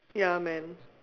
ya man